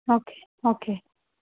okay okay